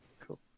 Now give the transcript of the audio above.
Cool